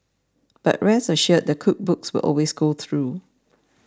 but rest assured the cook books will always go through